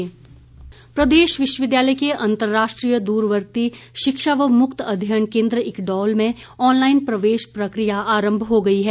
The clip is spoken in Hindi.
प्रवेश प्रक्रिया प्रदेश विश्वविद्यालय के अंतर्राष्ट्रीय द्रवर्ती शिक्षा व मुक्त अध्ययन केन्द्र इक्डोल में ऑनलाईन प्रवेश प्रक्रिया आरंभ हो गई है